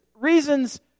reasons